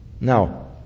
Now